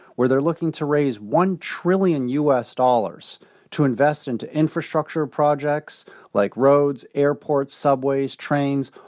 where they're looking to raise one trillion u s. dollars to invest into infrastructure projects like roads, airports, subways, trains,